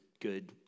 good